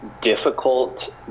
difficult